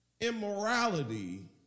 Immorality